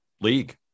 league